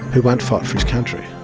who won't fight for his country.